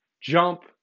jump